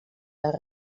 les